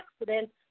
accidents